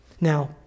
now